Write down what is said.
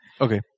okay